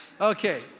Okay